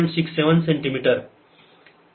67 centimetre